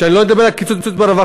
ואני לא אדבר על הקיצוץ ברווחה.